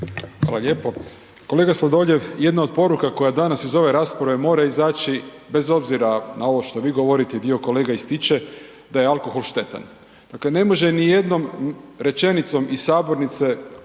Hvala lijepo. Kolega Sladoljev, jedna od poruka koja danas iz ove rasprave mora izaći bez obzira na ovo što vi govorite i dio kolega ističe, da je alkohol štetan. Dakle ne može nijednom rečenicom iz sabornice vezano